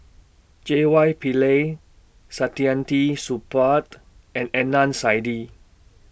J Y Pillay Saktiandi Supaat and Adnan Saidi